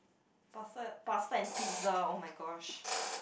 pasta pasta and pizza oh my gosh